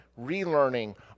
relearning